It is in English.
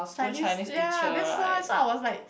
Chinese ya that's why so I was like